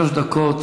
שלוש דקות